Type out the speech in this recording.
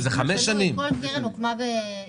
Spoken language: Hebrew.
האם זה שנה, חמש שנים, 10 שנים?